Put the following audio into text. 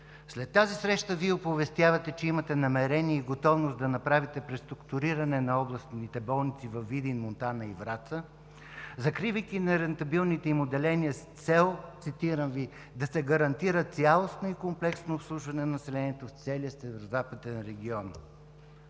След тази среща Вие оповестявате, че имате намерение и готовност да направите преструктуриране на областните болници във Видин, Монтана и Враца, закривайки нерентабилните им отделения с цел, цитирам Ви: „…да се гарантира цялостно и комплексно обслужване на населението в целия Северозападен регион“.